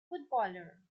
footballer